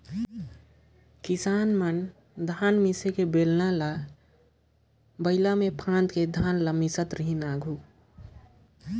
किसान मन बेलना ल बइला नी तो भइसा मे हमेसा फाएद के धान ल मिसे कर काम करत रहिन